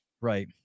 Right